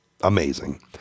amazing